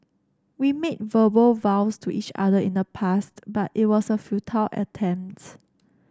we made verbal vows to each other in the past but it was a futile attempts